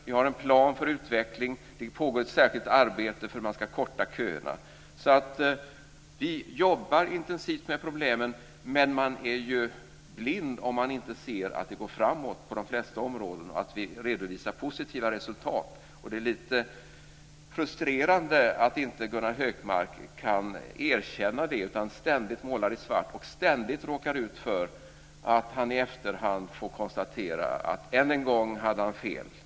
Vi har en plan för utveckling. Det pågår ett särskilt arbete för hur köerna ska kortas. Vi jobbar alltså intensivt med problemen. Men man är ju blind om man inte ser att det går framåt på de flesta områden och att vi redovisar positiva resultat. Och det är lite frustrerande att inte Gunnar Hökmark kan erkänna det utan ständigt målar i svart och ständigt råkar ut för att han i efterhand får konstatera att han än en gång hade fel.